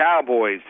Cowboys